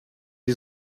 die